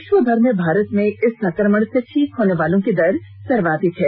विश्वभर में भारत में इस संक्रमण से ठीक होने वालों की दर सर्वाधिक है